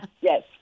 Yes